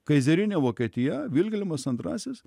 kaizerinė vokietija vilhelmas antrasis